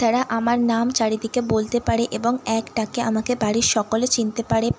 তারা আমার নাম চারিদিকে বলতে পারে এবং এক ডাকে আমাকে বাড়ির সকলে চিনতে পারে